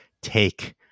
take